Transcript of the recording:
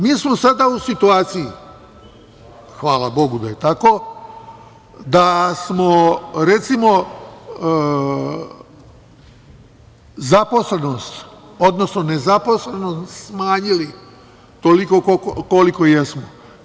Mi smo sada u situaciji, hvala Bogu da je tako, da smo zaposlenost, odnosno nezaposlenost smanjili toliko koliko jesmo.